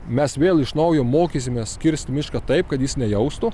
mes vėl iš naujo mokysimės kirsti mišką taip kad jis nejaustų